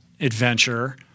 adventure